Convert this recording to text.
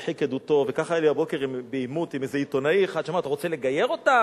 היה לי הבוקר בעימות עם איזה עיתונאי אחד שאמר: אתה רוצה לגייר אותם,